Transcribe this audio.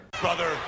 Brother